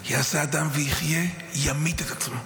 יעשה אדם ויחיה, ימית את עצמו.